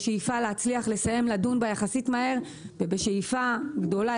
בשאיפה להצליח לסיים לדון בו מהר יחסית ובשאיפה גדולה